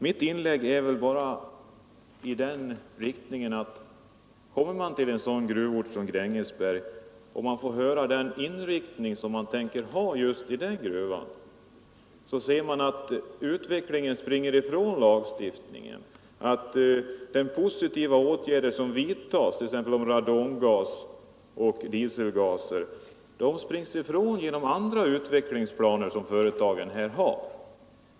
Mitt inlägg hade bara till syfte att rikta uppmärksamheten på att med den inriktning som utvecklingen har i t.ex. Grängesberg så blir de positiva åtgärder som vidtas i fråga om radongas och diselgaser betydelselösa.